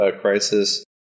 crisis